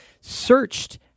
searched